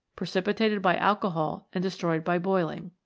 precipitated by alcohol and destroyed by boiling.